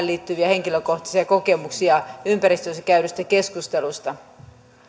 liittyviä henkilökohtaisia kokemuksia ympäristössä käydystä keskustelusta